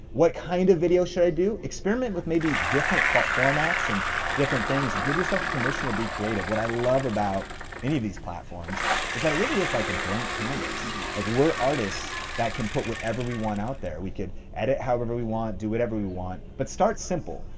what kind of video should i do, experiment with maybe different formats, and different things, give yourself permission to be creative. what i love about any of these platforms is that it really is like a blank canvas. like we're artists that can put whatever we want out there. we can edit however we want, do whatever we want, but start simple.